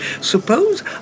Suppose